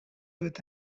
with